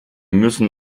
müssen